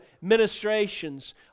ministrations